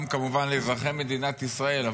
גם כמובן לאזרחי מדינת ישראל,